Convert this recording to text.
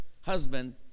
husband